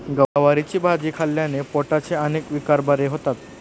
गवारीची भाजी खाल्ल्याने पोटाचे अनेक विकार बरे होतात